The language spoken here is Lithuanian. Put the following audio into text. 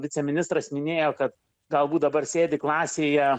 viceministras minėjo kad galbūt dabar sėdi klasėje